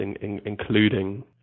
including